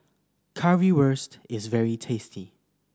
currywurst is very tasty